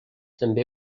també